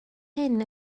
hyn